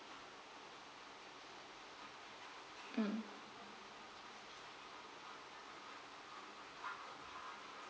mm